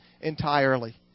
entirely